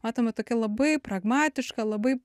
matome tokį labai pragmatišką labai